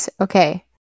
okay